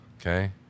okay